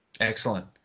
Excellent